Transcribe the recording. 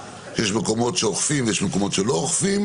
שיש מקומות שאוכפים ויש מקומות שלא אוכפים,